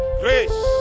grace